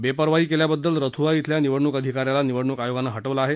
बेपर्वाई केल्याबद्दल रथुआ थिल्या निवडणुक अधिक याला निवडणूक आयोगानं हटवलं आहे